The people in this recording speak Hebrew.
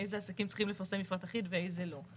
איזה עסקים צריכים לפרסם מפרט אחיד ואיזה לא.